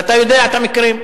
ואתה יודע את המקרים,